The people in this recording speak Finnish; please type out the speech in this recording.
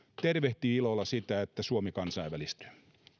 tervehtii ilolla sitä että suomi kansainvälistyy